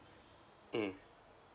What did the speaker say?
mm